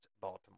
Baltimore